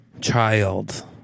child